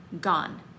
gone